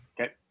Okay